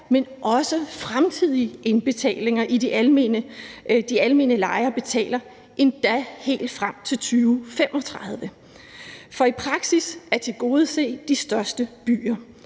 men også fremtidige indbetalinger, de almene lejere betaler, endda helt frem til 2035, for i praksis at tilgodese de største byer